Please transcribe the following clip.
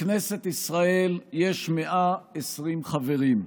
בכנסת ישראל יש 120 חברים,